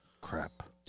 crap